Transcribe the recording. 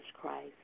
Christ